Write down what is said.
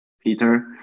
Peter